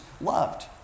loved